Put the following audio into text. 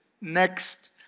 next